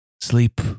sleep